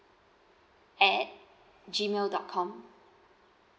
at gmail dot com